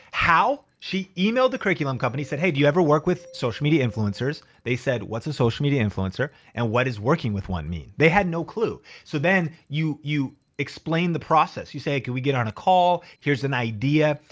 how? she emailed the curriculum company said, hey, do you ever work with social media influencers? they said, what's a social media influencer and what is working with one mean? they had no clue. so then you you explain the process. you say, can we get on a call? here's an idea.